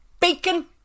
Bacon